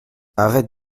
arrête